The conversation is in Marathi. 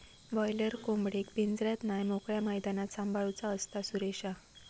बॉयलर कोंबडेक पिंजऱ्यात नाय मोकळ्या मैदानात सांभाळूचा असता, सुरेशा